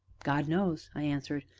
god knows! i answered,